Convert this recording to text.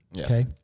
okay